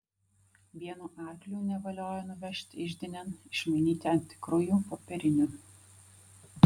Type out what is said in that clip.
vienu arkliu nevaliojo nuvežti iždinėn išmainyti ant tikrųjų popierinių